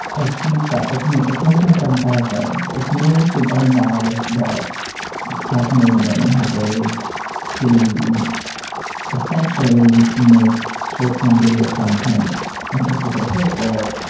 a huge bet it's near its one point seven five billion. it's nearly two billion dollars that cats american women have raised to essentially make short form video content and get people to pay for it.